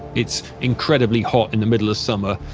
it's incredibly hot in the middle of summer,